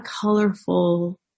colorful